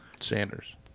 Sanders